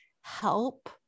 help